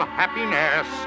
happiness